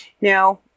Now